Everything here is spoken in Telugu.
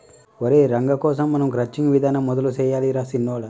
ఒరై రంగ కోసం మనం క్రచ్చింగ్ విధానం మొదలు సెయ్యాలి రా సిన్నొడా